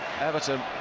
Everton